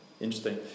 Interesting